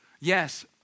Yes